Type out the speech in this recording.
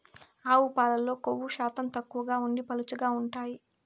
ఆవు పాలల్లో కొవ్వు శాతం తక్కువగా ఉండి పలుచగా ఉంటాయి